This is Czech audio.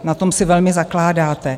Na tom si velmi zakládáte.